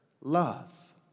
Love